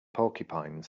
porcupine